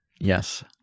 Yes